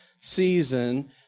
season